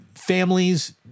Families